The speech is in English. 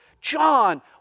John